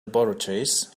laboratories